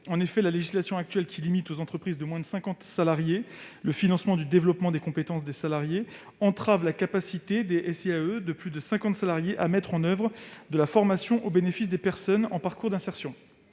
formation. La législation actuelle, qui limite aux entreprises de moins de cinquante salariés le financement du développement des compétences des salariés, entrave la capacité des SIAE au-delà de ce seuil à mettre en oeuvre de la formation au bénéfice des personnes en parcours d'insertion.